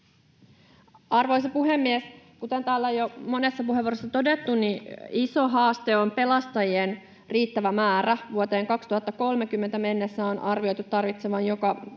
Arvoisa puhemies! Kuten täällä jo monessa puheenvuorossa on todettu, niin iso haaste on pelastajien riittävä määrä. Vuoteen 2030 mennessä on arvioitu tarvittavan jopa 2